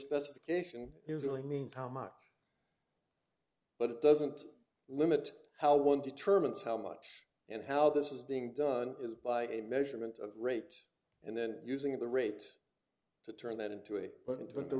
specification usually means how much but it doesn't limit how one determines how much and how this is being done is by a measurement of rate and then using the rate to turn that into a put into